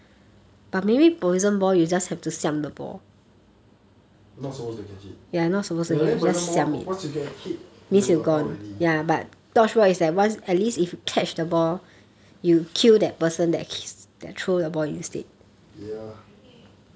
not supposed to catch it ya I think poison ball on~ once you get hit you are out already ya